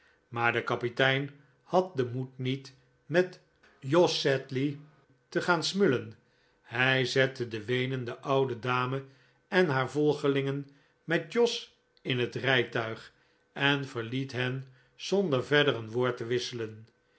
maar de kapitein had den moed niet met jos sedley te gaan smullen hij zette de weenende oude dame en haar volgelingen met jos in het rijtuig en verliet hen zonder verder een woord te wisselen